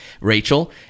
Rachel